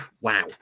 wow